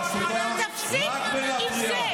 אל תפריעי פה כל פעם שאני עולה.